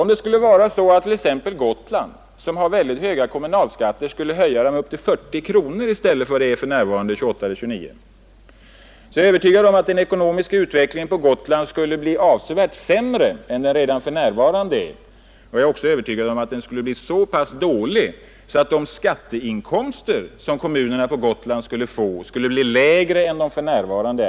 Om t.ex. Gotland, som har mycket höga kommunalskatter, skulle höja dessa till 40 kronor i stället för nuvarande 28—29, är jag övertygad om att den ekonomiska utvecklingen på Gotland skulle bli avsevärt sämre än den redan för närvarande är. Jag är också övertygad om att den skulle bli så pass dålig, att de skatteinkomster, som kommunerna på Gotland fick, skulle bli lägre än de för närvarande är.